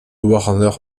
warner